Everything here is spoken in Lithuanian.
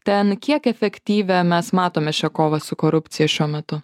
ten kiek efektyvią mes matome šią kovą su korupcija šiuo metu